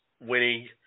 winning